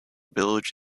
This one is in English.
village